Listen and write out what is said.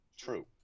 true